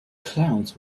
clowns